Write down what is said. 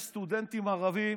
יש סטודנטים ערבים.